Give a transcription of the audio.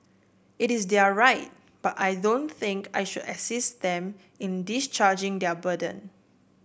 it is their right but I don't think I should assist them in discharging their burden